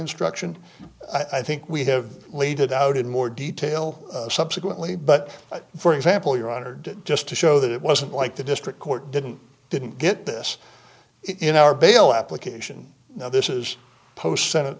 instruction i think we have laid it out in more detail subsequently but for example you're honored just to show that it wasn't like the district court didn't didn't get this in our bail application now this is post senate